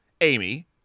Amy